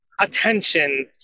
attention